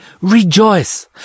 Rejoice